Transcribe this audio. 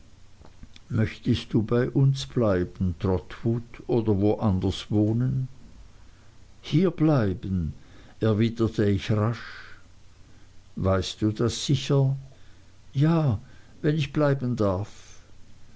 möchtest du bei uns bleiben trotwood oder wo anders wohnen hier bleiben erwiderte ich rasch weißt du das sicher ja wenn ich bleiben darf